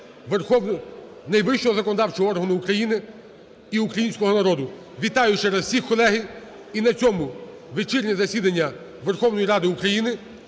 найвищого законодавчого органу України і українського народу. Вітаю ще раз всіх, колеги! І на цьому вечірнє засідання Верховної Ради України